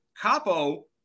Capo